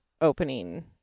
opening